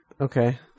Okay